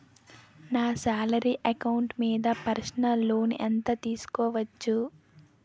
నా salary account మీద personal loan ఎంత తీసుకోవచ్చు?